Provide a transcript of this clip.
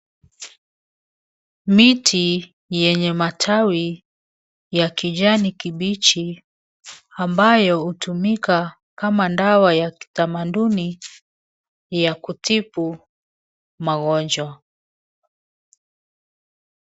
Miti yenye matawi ya kijani kibichi ambayo hutumika kama dawa ya kitamaduni ya kutibu magonjwa.